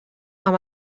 amb